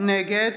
נגד